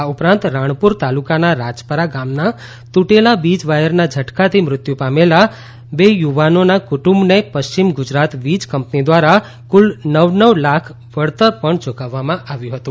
આ ઉપરાંત રાણપુર તાલુકાના રાજપરા ગામના તૂટેલા વીજ વાયરના ઝટકાથી મૃત્યુ પામેલા બે યુવાનોના કુટુંબને પશ્ચિમ ગુજરાત વીજ કંપની દ્વારા કુલ નવ નવ લાખ વળતર પણ યૂકવવામાં આવ્યું હતું